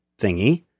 thingy